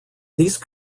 these